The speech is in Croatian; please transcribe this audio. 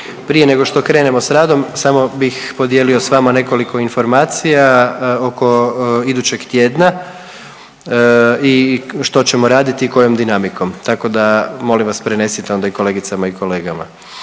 Prije nego što krenemo s radom samo bih podijelio s vama nekoliko informacija oko idućeg tjedna i što ćemo raditi i kojom dinamikom tako da molim vas prenesite onda i kolegicama i kolegama.